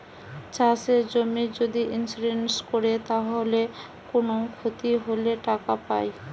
চাষের জমির যদি ইন্সুরেন্স কোরে তাইলে কুনো ক্ষতি হলে টাকা পায়